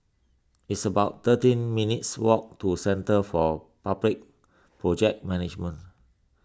it's about thirteen minutes' walk to Centre for Public Project Management